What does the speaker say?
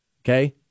Okay